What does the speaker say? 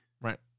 Right